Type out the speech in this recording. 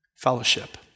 Fellowship